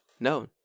No